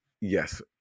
Yes